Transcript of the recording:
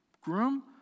groom